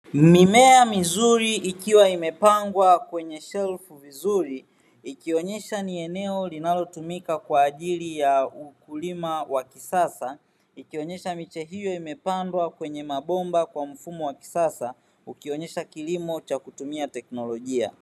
Mimea mizuri ikiwa imepangwa kwenye shelfu vizuri ikionyesha ni eneo linalotumika kwa ajili ya ukulima wa kisasa ikionyesha miche hiyo imepandwa kwenye mabomba kwa mfumo wa kisasa ikionyesha kilimo cha kutumia teknolojia.